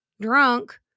drunk